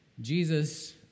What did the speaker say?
Jesus